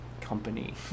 company